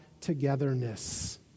togetherness